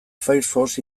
firefox